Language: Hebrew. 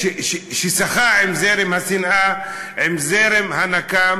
ששחה עם זרם השנאה, עם זרם הנקם.